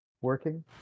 working